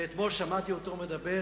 ואתמול שמעתי אותו מדבר